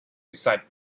beside